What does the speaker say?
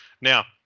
Now